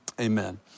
amen